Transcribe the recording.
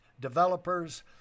developers